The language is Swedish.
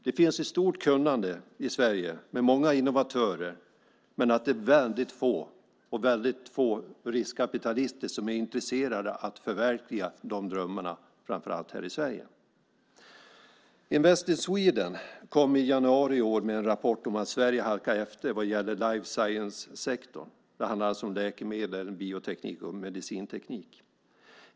Det finns ett stort kunnande i Sverige med många innovatörer, men det är få riskkapitalister som är intresserade av att förverkliga drömmarna framför allt i Sverige. Invest in Sweden kom i januari i år med en rapport där det framgår att Sverige halkar efter vad gäller life science sektorn. Det handlar om läkemedel, bioteknik och medicinteknik.